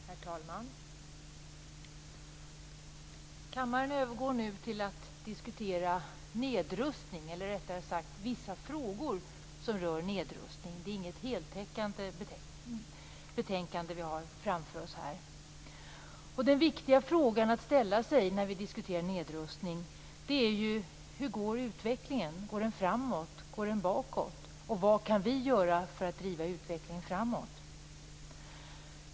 Herr talman! Kammaren övergår nu till att diskutera nedrustning, eller rättare sagt vissa frågor som rör nedrustning. Det är inget heltäckande betänkande vi har framför oss. Den viktiga frågan att ställa sig när man diskuterar nedrustning är hur utvecklingen går. Går den framåt? Går den bakåt? Vad kan vi göra för att driva utvecklingen framåt?